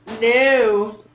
No